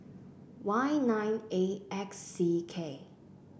Y nine A X C K